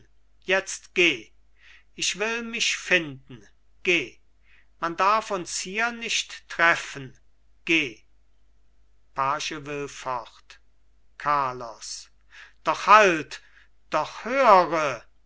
jetzt geh ich will mich finden geh man darf uns hier nicht treffen geh page will fort carlos doch halt doch höre